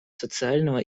социального